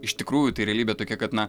iš tikrųjų tai realybė tokia kad na